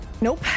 nope